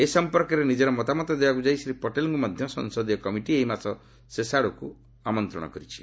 ଏ ସମ୍ପର୍କରେ ନିଜର ମତାମତ ଦେବାକୁ ଶ୍ରୀ ପଟେଲଙ୍କୁ ମଧ୍ୟ ସଂସଦୀୟ କମିଟି ଏ ମାସ ଶେଷ ଆଡ଼କୁ ଆମନ୍ତ୍ରଣ କରିଛି